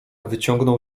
wyciągnął